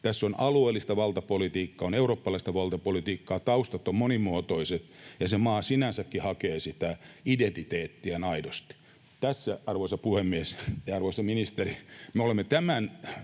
Tässä on alueellista valtapolitiikkaa, on eurooppalaista valtapolitiikkaa, taustat ovat monimuotoiset, ja se maa sinänsäkin hakee sitä identiteettiään aidosti. Tässä, arvoisa puhemies ja arvoisa ministeri, me olemme nyt